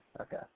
Okay